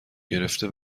گرفته